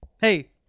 Hey